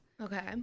Okay